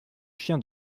chien